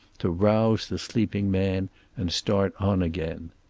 to rouse the sleeping man and start on again.